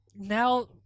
now